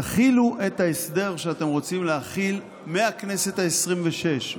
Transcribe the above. תחילו את ההסדר שאתם רוצים להחיל מהכנסת העשרים-ושש,